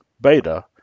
beta